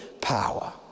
power